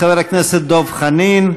חבר הכנסת דב חנין,